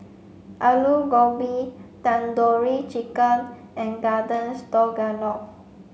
Alu Gobi Tandoori Chicken and Garden Stroganoff